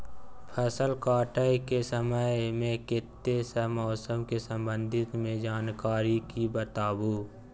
फसल काटय के समय मे कत्ते सॅ मौसम के संबंध मे जानकारी ली बताबू?